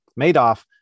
Madoff